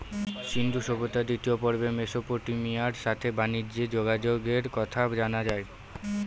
সিন্ধু সভ্যতার দ্বিতীয় পর্বে মেসোপটেমিয়ার সাথে বানিজ্যে যোগাযোগের কথা জানা যায়